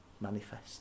manifest